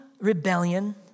rebellion